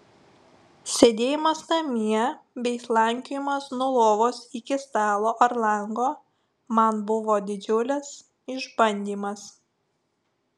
sėdėjimas namie bei slankiojimas nuo lovos iki stalo ar lango man buvo didžiulis išbandymas